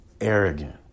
arrogant